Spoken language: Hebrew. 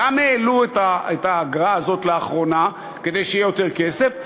העלו את האגרה הזאת לאחרונה כדי שיהיה יותר כסף,